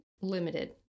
limited